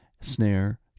snare